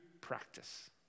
practice